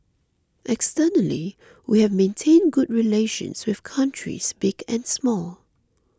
externally we have maintained good relations with countries big and small